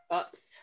oops